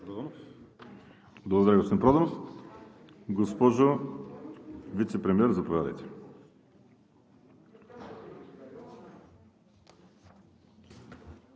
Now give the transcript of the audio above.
Благодаря, господин Проданов. Госпожо Вицепремиер, заповядайте.